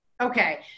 Okay